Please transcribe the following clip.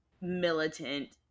militant